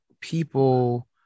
people